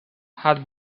had